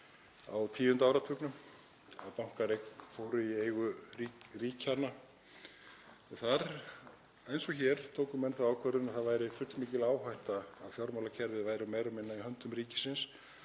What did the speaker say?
á tíunda áratugnum þegar bankar fóru í eigu ríkjanna þar. Og þar eins og hér tóku menn þá ákvörðun að það væri fullmikil áhætta að fjármálakerfið væri meira og minna í höndum ríkisins